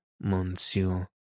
monsieur